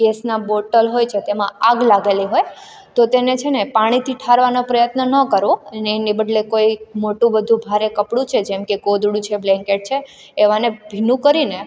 ગેસનાં bottle હોય છે તેમાં આગ લાગેલી હોય તો તેને છે ને પાણીથી ઠારવાનો પ્રયત્ન ન કરવો અને એની બદલે કોઈ મોટું બધું ભારે કપડું છે જેમકે ગોદડું છે બ્લેન્કેટ છે એવાને ભીનું કરીને